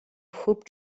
hoop